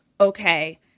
okay